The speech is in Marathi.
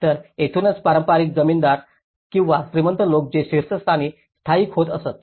तर येथूनच पारंपारिक जमीनदार किंवा श्रीमंत लोक जे शीर्षस्थानी स्थायिक होत असत